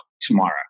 tomorrow